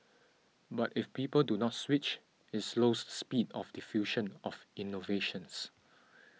but if people do not switch it slows speed of diffusion of innovations